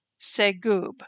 Segub